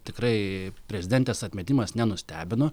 tikrai prezidentės atmetimas nenustebino